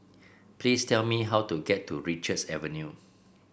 please tell me how to get to Richards Avenue